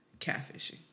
Catfishing